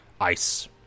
ice